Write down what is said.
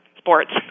sports